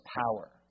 power